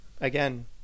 again